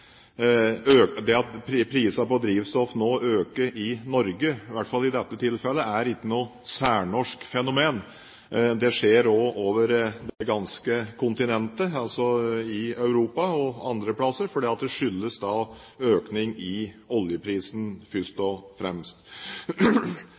proveny for staten. Når prisene på drivstoff nå øker i Norge, i hvert fall i dette tilfellet, så er ikke det noe særnorsk fenomen. Det skjer også over det ganske kontinent, altså i Europa og andre steder, og det skyldes økning i oljeprisen